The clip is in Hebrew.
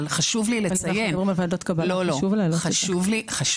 אבל חשוב לי לציין --- אבל אנחנו